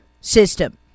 system